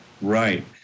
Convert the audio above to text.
right